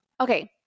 Okay